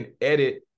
edit